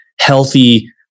healthy